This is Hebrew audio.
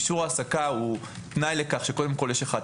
אישור העסקה הוא תנאי לכך שיש לך את